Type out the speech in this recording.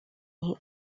jej